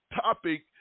topic